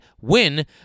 win